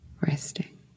resting